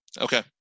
Okay